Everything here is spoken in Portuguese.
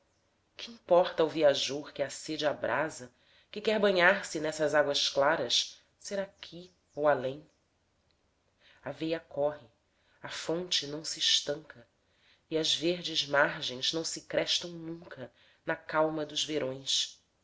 que importa ao viajor que a sede abrasa que quer banhar se nessas águas claras ser aqui ou além a veia corre a fonte não se estanca e as verdes margens não se crestam nunca na calma dos verões